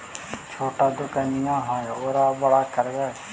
छोटा दोकनिया है ओरा बड़ा करवै?